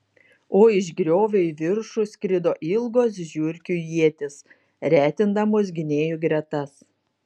o iš griovio į viršų skrido ilgos žiurkių ietys retindamos gynėjų gretas